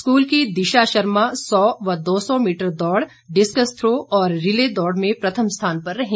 school की दिशा शर्मा एक सौ व दो सौ मीटर दौड़ डिस्कस थ्रो और रीले दौड़ में प्रथम स्थान पर रही